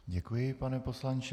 Děkuji, pane poslanče.